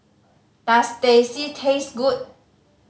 does Teh C taste good